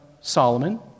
Solomon